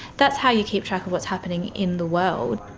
that's how you keep track of what's happening in the world.